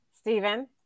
Stephen